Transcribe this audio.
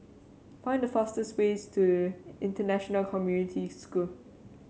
find the fastest way to International Community School